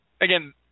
again